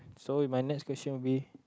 so in my next question will be